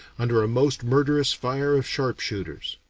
under a most murderous fire of sharpshooters.